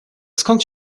skąd